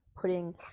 putting